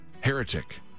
heretic